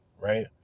right